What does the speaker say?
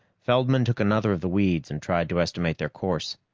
feldman took another of the weeds and tried to estimate their course.